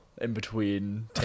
in-between